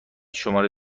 شماره